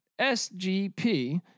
SGP